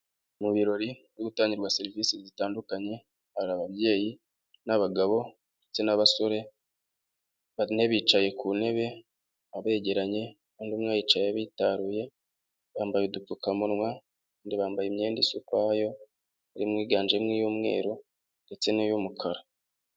Mu birori byo gutangirwa serivisi zitandukanye, hari ababyeyi n'abagabo ndetse n'abasore, bane bicaye ku ntebe begeranye, undi umwe yicaye abitaruye, bambaye udupfukamunwa, abandi bambaye imyenda isa ukwayo, harimo iyiganjemo iy'umweru ndetse n'iy'umukara.